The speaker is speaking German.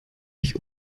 ich